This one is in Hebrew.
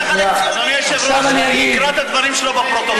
נא לא לקרוא קריאות ביניים, בטח לא בעמידה.